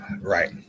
Right